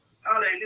Hallelujah